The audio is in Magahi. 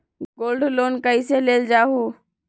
गोल्ड लोन कईसे लेल जाहु?